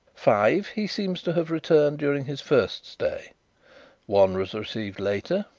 five he seems to have returned during his first stay one was received later,